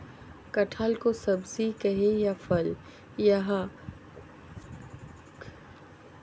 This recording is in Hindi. कटहल को सब्जी कहें या फल, यह कन्फ्यूजन लगभग सभी के मन में होता है